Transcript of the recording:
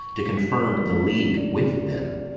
to confirm the league with them.